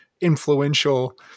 influential